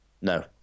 No